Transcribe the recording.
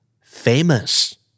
famous